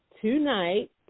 tonight